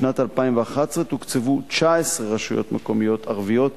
בשנת 2011 תוקצבו 19 רשויות מקומיות ערביות